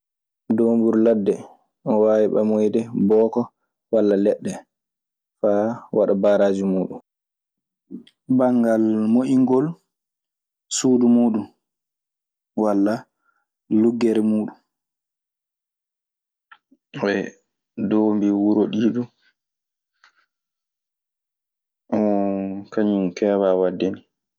Doomburu ladde, omo waawi ɓamoyde booko walla leɗɗe faa waɗa baaras muuɗun. Banngal moƴƴingol suudu muuɗun walaa luggere muuɗun. Doombi wuro ɗii du kañun keewaa waɗde nii.